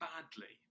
badly